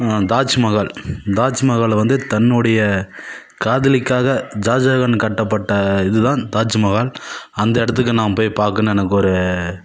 தாஜ்மஹால் தாஜ்மஹால் வந்து தன்னுடைய காதலிக்காக ஷாஜகான் கட்டப்பட்ட இது தான் தாஜ்மஹால் அந்த இடத்துக்கு நான் போய் பார்க்கணுன்னு எனக்கு ஒரு